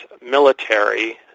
military